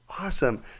Awesome